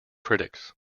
critics